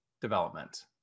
development